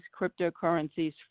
cryptocurrencies